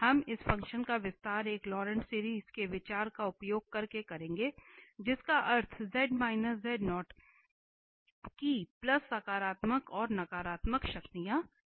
हम इस फ़ंक्शन का विस्तार एक लॉरेंट श्रृंखला के विचार का उपयोग करके करेंगे जिसका अर्थ की प्लस सकारात्मक और नकारात्मक शक्तियां है